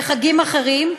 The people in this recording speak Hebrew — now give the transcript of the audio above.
וחגים אחרים,